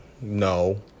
No